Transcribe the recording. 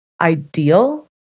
Ideal